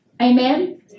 Amen